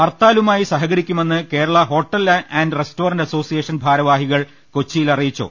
ഹർത്താലുമായി സഹകരിക്കു മെന്ന് Kerala hotel and restaurant association ഭാരവാഹികൾ കൊച്ചി യിൽ പറഞ്ഞു